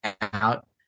out